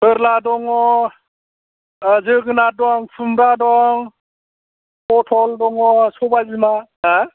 फोरला दङ जोगोनार दं खुम्ब्रा दं फथ'ल दङ सबायबिमा मा